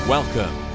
Welcome